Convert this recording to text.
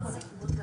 אין נמנעים.